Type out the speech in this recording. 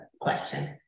question